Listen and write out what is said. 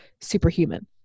superhuman